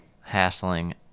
Hassling